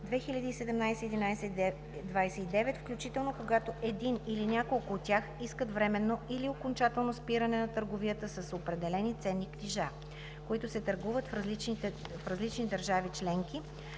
2017/1129, включително когато един или няколко от тях искат временно или окончателно спиране на търговията с определени ценни книжа, които се търгуват в различни държави членки,